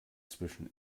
zwischen